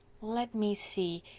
let me see.